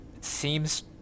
seems